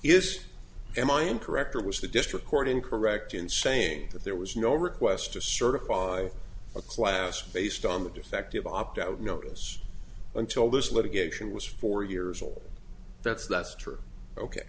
is am i incorrect or was the district court in correct in saying that there was no request to certify a class based on the defective opt out notice until this litigation was four years old that's that's true ok